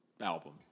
album